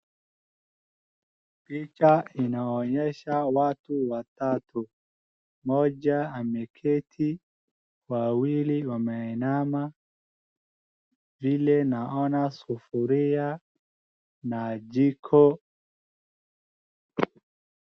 Picha inaonyesha watu watatu, mmoja ameketi, wawili wameinama, vile naona sufuria na jiko.